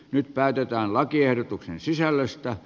nyt päätetään lakiehdotuksen sisällöstä